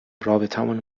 رابطمون